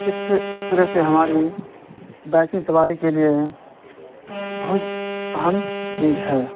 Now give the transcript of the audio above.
اس سے اس طرح سے ہماری بائکنگ سواری کے لیے بہت اہم چیز ہے